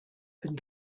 and